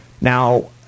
now